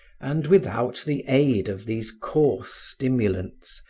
and without the aid of these coarse stimulants,